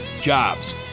jobs